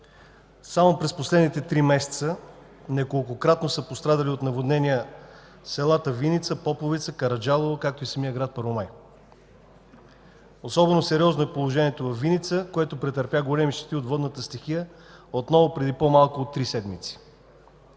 Само през последните три месеца неколкократно са пострадали от наводнения селата Виница, Поповица, Караджалово, както и самият град Първомай. Особено сериозно е положението във Виница, което претърпя големи щети от водната стихия, отново преди по-малко от три седмици.